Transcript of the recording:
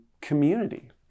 community